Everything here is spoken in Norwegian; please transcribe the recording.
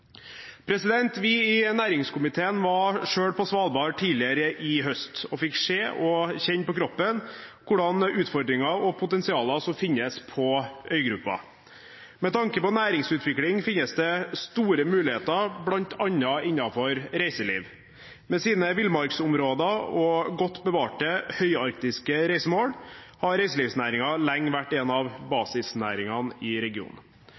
Vi i næringskomiteen var selv på Svalbard tidligere i høst, og vi fikk se og kjenne på kroppen hvilke utfordringer og potensial som finnes på øygruppen. Med tanke på næringsutvikling finnes det store muligheter, bl.a. innenfor reiseliv. Med sine villmarksområder og godt bevarte høyarktiske reisemål har reiseliv lenge vært en av basisnæringene i regionen.